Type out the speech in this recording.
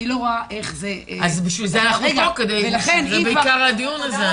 אני לא רואה איך זה מתקדמים בו -- על זה עיקר הדיון היום.